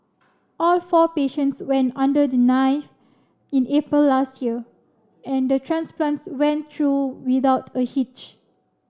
all four patients went under the knife in April last year and the transplants went through without a hitch